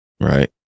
right